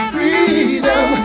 Freedom